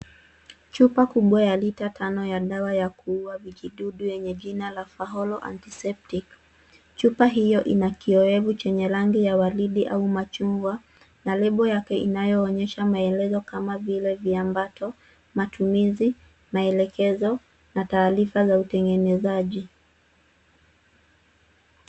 Chupa kubwa ya lita tano ya dawa ya kuua vijidudu yenye jina faholo antiseptic . Chupa hiyo ina kioezi chenye rangi ya waridi au machungwa na lebo yake inayoonyesha maelezo kama vile viambato, matumizi ,maelekezo na taarifa za utengenezaji.